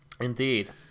Indeed